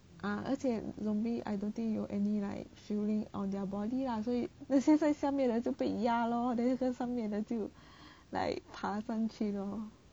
啊而且 zombie I don't think 有 any like feeling on their body lah 所以那些在下面的就被压咯 then 那些上面就 like 爬上去 lor